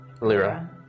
Lyra